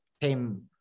came